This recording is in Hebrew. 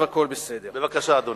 בבקשה, אדוני.